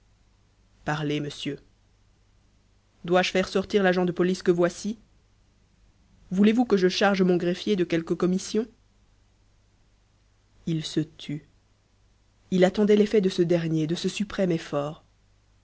parlez monsieur dois-je faire sortir l'agent de police que voici voulez-vous que je charge mon greffier de quelque commission il se tut il attendait l'effet de ce dernier de ce suprême effort